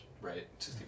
right